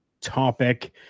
topic